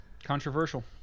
Controversial